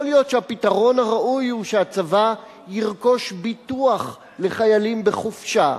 יכול להיות שהפתרון הראוי הוא שהצבא ירכוש ביטוח לחיילים בחופשה,